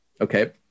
Okay